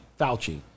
Fauci